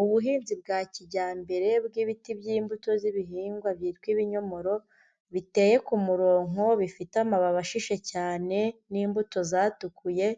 Ubuhinzi bwa kijyambere bw'ibiti by'imbuto z'ibihingwa byitwa ibinyomoro, biteye ku muronko bifite amababi ashishe cyane n'imbuto zatukuye,